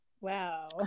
Wow